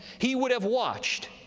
he would have watched,